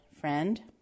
Friend